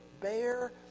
bear